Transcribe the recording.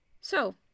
So